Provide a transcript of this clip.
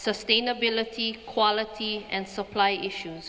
sustainability quality and supply issue